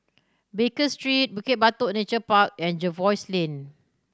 Baker Street Bukit Batok Nature Park and Jervois Lane